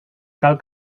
cal